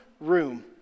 room